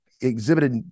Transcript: exhibited